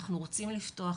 אנחנו רוצים לפתוח,